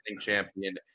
champion